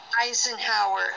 Eisenhower